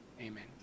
Amen